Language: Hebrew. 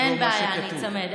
אין בעיה, אני איצמד.